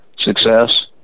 Success